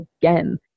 again